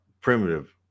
primitive